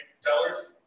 Tellers